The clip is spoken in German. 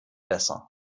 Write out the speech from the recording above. besser